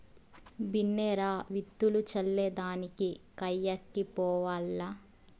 బిన్నే రా, విత్తులు చల్లే దానికి కయ్యకి పోవాల్ల